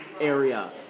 area